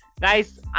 Guys